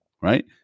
right